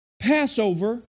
Passover